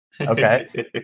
Okay